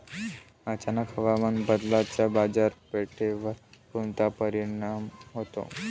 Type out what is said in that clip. अचानक हवामान बदलाचा बाजारपेठेवर कोनचा परिणाम होतो?